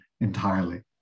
entirely